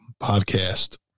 podcast